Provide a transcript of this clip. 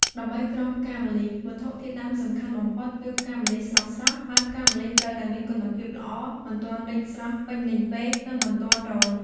ដើម្បីក្រងផ្កាម្លិះ វត្ថុធាតុដើមសំខាន់បំផុតគឺផ្កាម្លិះស្រស់ៗ ហើយផ្កាម្លិះត្រូវតែមានគុណភាពល្អ មិនទាន់រីកស្រស់ពេញលេញពេក និងមិនទាន់រោយ។